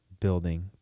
building